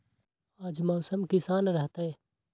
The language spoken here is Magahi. आज मौसम किसान रहतै?